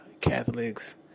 Catholics